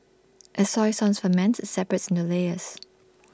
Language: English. as soy sauce ferments IT separates no layers